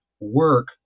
work